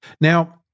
Now